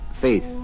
faith